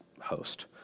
host